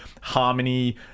harmony